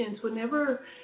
whenever